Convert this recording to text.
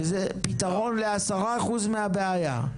שזה פתרון ל-10% מהבעיה.